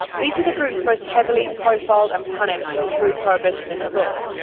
these are the groups most heavily profiled and punished through prohibitionist law.